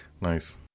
Nice